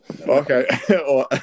Okay